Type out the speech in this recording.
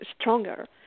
stronger